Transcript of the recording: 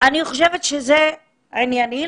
אני חושבת שזה ענייני,